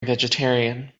vegetarian